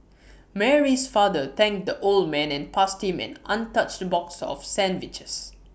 Mary's father thanked the old man and passed him an untouched box of sandwiches